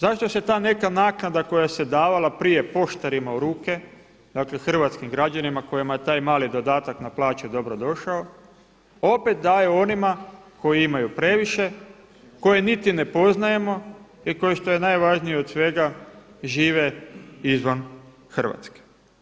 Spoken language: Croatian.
Zašto se ta neka naknada koja se davala prije poštarima u ruke, dakle hrvatskim građanima kojima je taj mali dodatak na plaću dobro došao, opet daju onima koji imaju previše, koje niti ne poznajemo i koji šta je najvažnije od svega žive izvan Hrvatske?